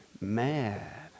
mad